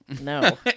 No